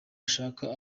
ashaka